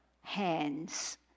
hands